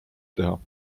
teha